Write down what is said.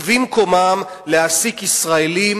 ובמקומם להעסיק ישראלים,